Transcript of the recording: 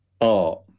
art